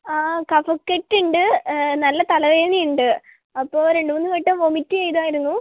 അ കഫക്കെട്ടുണ്ട് നല്ല തലവേദനയുണ്ട് അപ്പോൾ രണ്ട് മൂന്ന് വട്ടം വോമിറ്റ് ചെയ്തായിരുന്നു